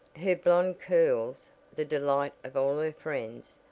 her blonde curls the delight of all her friends,